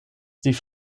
sie